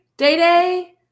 Day-Day